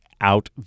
out